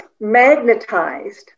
magnetized